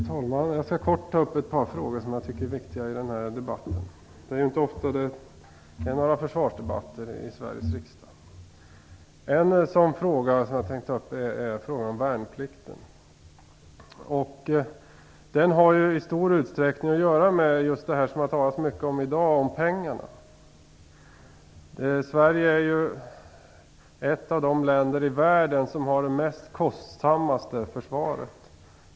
Fru talman! Jag skall kortfattat beröra en del frågor som jag tycker är viktiga i den här debatten. Det är inte ofta det är försvarsdebatt i Sveriges riksdag. Jag vill bl.a. ta upp frågan om värnplikten. Den frågan har i stor utsträckning att göra med det som det har talats så mycket om i dag - pengarna. Sverige är ett av de länder i världen som har det mest kostsamma försvaret.